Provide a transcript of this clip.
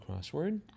crossword